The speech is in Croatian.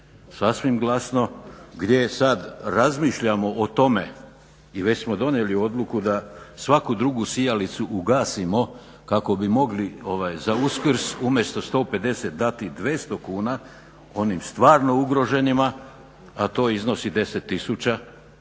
sasvim glasno, gdje sada razmišljamo o tome i već smo donijeli odluku da svaku drugu sijalicu ugasimo kako bi mogli za uskrs umjesto 150 dati 200 kuna onim stvarno ugroženima, a to iznosi 10 tisuća